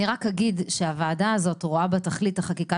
אני רק אגיד שהוועדה הזאת רואה בתכלית החקיקה